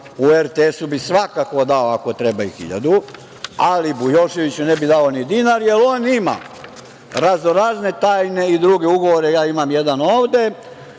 u RTS-u bih svakako dao ako treba i hiljadu, ali Bujoševiću ne bih dao ni dinar, jer on ima raznorazne tajne i druge ugovore, ja imam jedan ovde,